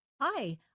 Hi